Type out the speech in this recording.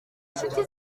nshuti